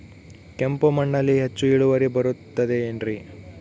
ಕೆಂಪು ಮಣ್ಣಲ್ಲಿ ಹೆಚ್ಚು ಇಳುವರಿ ಬರುತ್ತದೆ ಏನ್ರಿ?